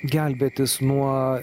gelbėtis nuo